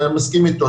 אני מסכים אתו,